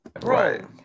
Right